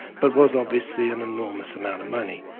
but was obviously and enormous amount of money.